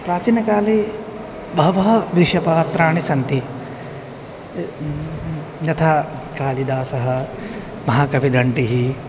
प्राचीनकाले बहवः विदुषपात्राणि सन्ति यथा कालिदासः महाकविदण्डी